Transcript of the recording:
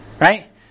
Right